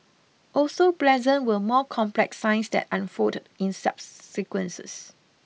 also pleasant were more complex signs that unfolded in subsequences